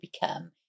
become